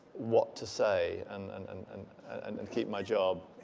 what to say and and and and and and keep my job.